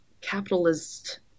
capitalist